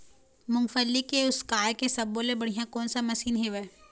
मूंगफली के उसकाय के सब्बो ले बढ़िया कोन सा मशीन हेवय?